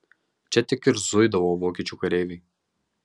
čia tik ir zuidavo vokiečių kareiviai